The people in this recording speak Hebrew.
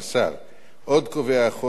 עוד קובע החוק היום חזקה,